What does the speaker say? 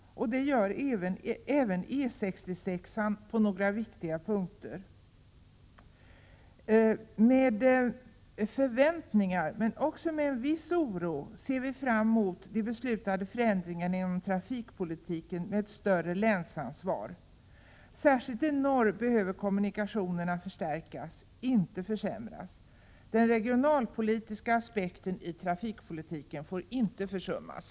Det behöver även E 66-an på några viktiga punkter. Med förväntningar men också med en viss oro ser vi fram mot hur de beslutade förändringarna inom trafikpolitiken med ett större länsansvar skall genomföras i länet. Särskilt i norr behöver kommunikationerna förstärkas, inte försämras. Den regionalpolitiska aspekten i trafikpolitiken får inte försummas.